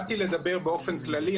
באתי לדבר באופן כללי,